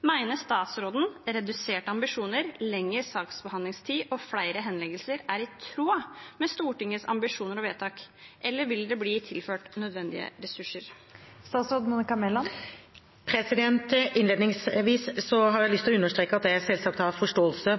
Mener statsråden reduserte ambisjoner, lengre saksbehandlingstid og flere henleggelser er i tråd med Stortingets ambisjoner og vedtak, eller vil det bli tilført nødvendige ressurser?» Innledningsvis har jeg lyst til å understreke at jeg selvsagt har forståelse